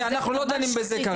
אנחנו כרגע לא דנים בזה.